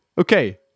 Okay